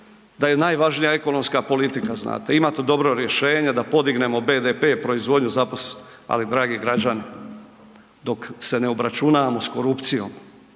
da je najvažnija ekonomska politika znate, imati dobro rješenje da podignemo BDP, proizvodnju, zaposlenost, ali dragi građani dok se ne obračunamo s korupcijom